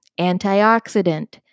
Antioxidant